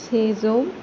सेजौ